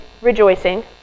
rejoicing